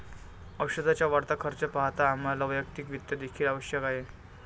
औषधाचा वाढता खर्च पाहता आम्हाला वैयक्तिक वित्त देखील आवश्यक आहे